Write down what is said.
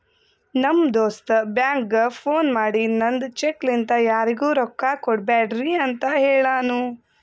ನಮ್ ದೋಸ್ತ ಬ್ಯಾಂಕ್ಗ ಫೋನ್ ಮಾಡಿ ನಂದ್ ಚೆಕ್ ಲಿಂತಾ ಯಾರಿಗೂ ರೊಕ್ಕಾ ಕೊಡ್ಬ್ಯಾಡ್ರಿ ಅಂತ್ ಹೆಳುನೂ